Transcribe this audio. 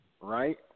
right